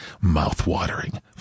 Mouth-watering